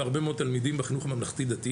הרבה מאד תלמידים בחינוך הממלכתי-דתי,